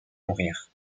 mourir